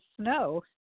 snow